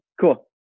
cool